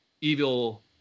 evil